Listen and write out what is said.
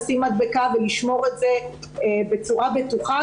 לשים מדבקה ולשמור את זה בצורה בטוחה.